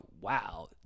Wow